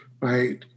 right